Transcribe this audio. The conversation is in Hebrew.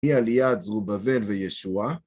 ‫היא עליית זרובבל וישועה.